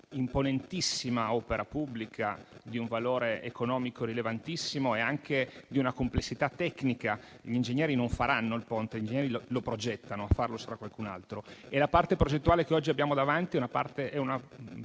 imponentissima opera pubblica, di un valore economico rilevantissimo e anche di grande complessità tecnica. Gli ingegneri non faranno il Ponte. Gli ingegneri lo progettano: a realizzarlo sarà qualcun altro. La parte progettuale che oggi abbiamo davanti è una